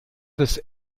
des